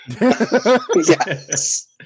Yes